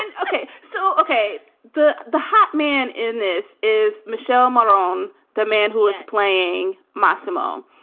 and ok, so, ok the the hot man in this is michelle marong, the man who is playing mossimo,